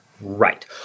Right